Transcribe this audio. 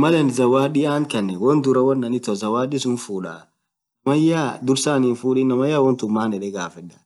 maal zawadii annt kaneen dursaa irafuude duub namayaa woantuun maan edee gafeeda